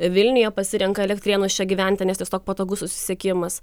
vilniuje pasirenka elektrėnus čia gyventi nes tiesiog patogus susisiekimas